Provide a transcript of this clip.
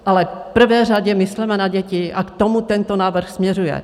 Ale v prvé řadě mysleme na děti a k tomu tento návrh směřuje.